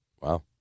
Wow